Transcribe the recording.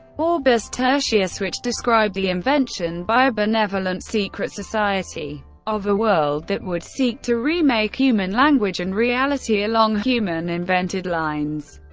orbis tertius which described the invention by a benevolent secret society of a world that would seek to remake human language and reality along human-invented lines.